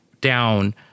down